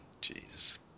jesus